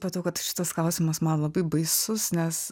supratau kad šitas klausimas man labai baisus nes